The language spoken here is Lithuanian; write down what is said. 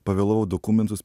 pavėlavau dokumentus